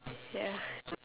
ya